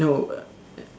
no